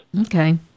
Okay